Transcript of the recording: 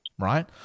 Right